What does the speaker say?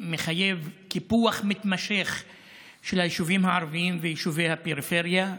מחייב קיפוח מתמשך של היישובים הערביים ויישובי הפריפריה?